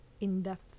in-depth